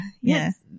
Yes